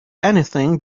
anything